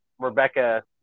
Rebecca